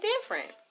different